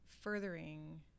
furthering